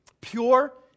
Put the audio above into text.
pure